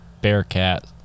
Bearcat